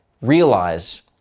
realize